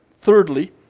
Thirdly